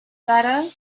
better